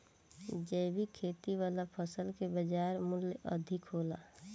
जैविक खेती वाला फसल के बाजार मूल्य अधिक होला